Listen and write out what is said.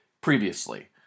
previously